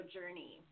Journey